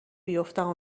بیفتم